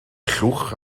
llwch